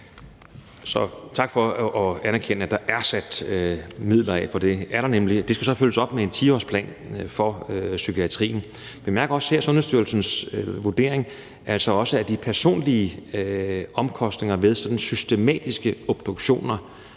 Tak for at anerkende, at der er sat midler af, for det er der nemlig. Det skal så følges op med en 10-årsplan for psykiatrien. Bemærk også her Sundhedsstyrelsens vurdering af de personlige omkostninger ved sådanne systematiske obduktioner.